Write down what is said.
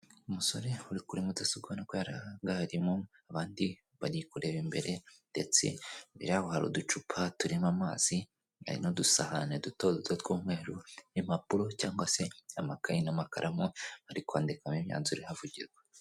Umusore uri kuri mudasobwa ubona ko yarangayemo, abandi bari kureba imbere ndetse imbere yaho hari uducupa turimo amazi, hari n'udusahane duto duto tw'umweru n'impapuro cyangwa se amakayi, n'amakaramu, ari kwandikamo imyanzuro ihavugirwa.